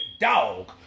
Dog